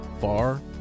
far